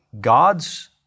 God's